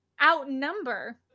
outnumber